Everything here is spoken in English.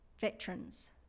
veterans